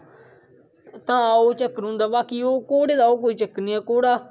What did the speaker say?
हां ओह् चक्कर होंदा बाकी ओह् घोडे़ दा ओह् कोई चक्कर नेईं ऐ घोड़ा